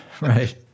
right